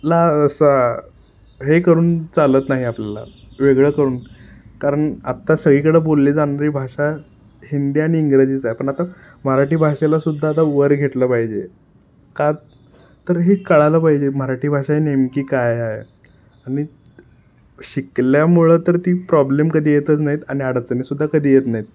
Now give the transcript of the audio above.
ला असा हे करून चालत नाही आपल्याला वेगळं करून कारण आत्ता सगळीकडं बोलली जाणारी भाषा हिंदी आणि इंग्रजीच आहे पण आता मराठी भाषेला सुद्धा आता वर घेतलं पाहिजे का तर हे कळालं पाहिजे मराठी भाषा ही नेमकी काय आहे आणि शिकल्यामुळं तर ती प्रॉब्लेम कधी येतंच नाहीत आणि अडचणीसुद्धा कधी येत नाहीत